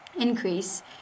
increase